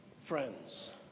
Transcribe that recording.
friends